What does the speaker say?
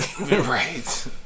Right